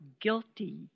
guilty